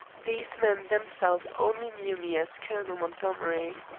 these men themselves only knew me as colonel montgomery.